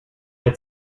had